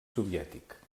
soviètic